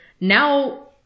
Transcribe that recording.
now